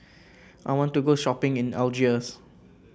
I want to go shopping in Algiers